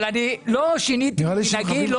אבל לא שיניתי ממנהגי,